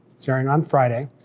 starting on friday,